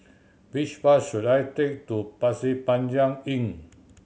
which bus should I take to Pasir Panjang Inn